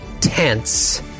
tense